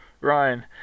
Ryan